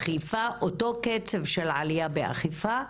אותו קצב של עלייה באכיפה,